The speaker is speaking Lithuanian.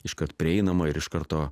iškart prieinama ir iš karto